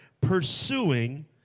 pursuing